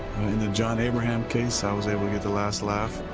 in the john abraham case i was able to get the last laugh.